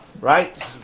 Right